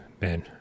man